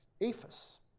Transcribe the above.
APHIS